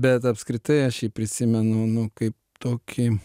bet apskritai aš jį prisimenu nu kaip tokį